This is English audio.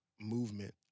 movement